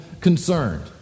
concerned